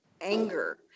anger